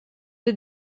est